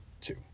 two